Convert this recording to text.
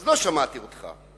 לא שמעתי אותך.